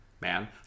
man